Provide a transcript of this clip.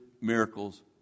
miracles